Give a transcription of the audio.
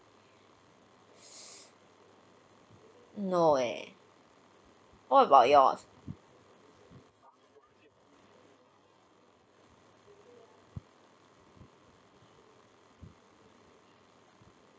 no eh what about yours